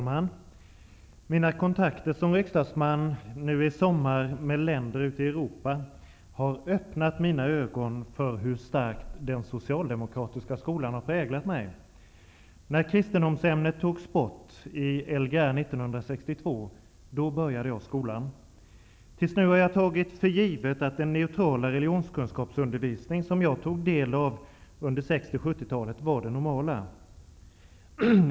Herr talman! De kontakter jag som riksdagsman har haft nu i sommar med länder ute i Europa har öppnat mina ögon för hur starkt den socialdemokratiska skolan har präglat mig. När kristendomsämnet togs bort i lgr 1962 började jag skolan. Tills nu har jag tagit för givet att den neutrala religionskunskapsundervisning, som jag tog del av under 60 och 70-talen, var den normala.